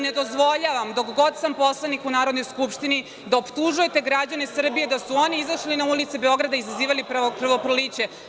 Ne dozvoljavam, dok god sam poslanik u Narodnoj skupštini, da optužujete građane Srbije da su oni izašli na ulice Beograda i izazivali krvoproliće.